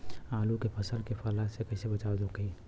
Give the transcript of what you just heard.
आलू के फसल के पाला से कइसे बचाव होखि?